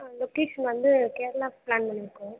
ஆ location வந்து Kerala plan பண்ணியிருக்கோம்